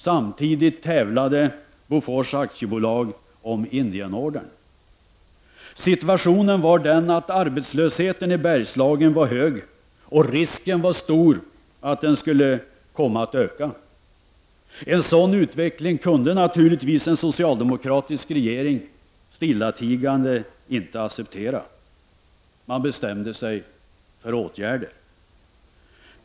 Samtidigt tävlade Bofors AB om Indienordern. Situationen var den att arbetslösheten i Bergslagen var hög, och risken var stor för att den skulle öka. En sådan utveckling kunde naturligtvis en socialdemokratisk regering stillatigande inte acceptera. Man bestämde sig för åtgärder.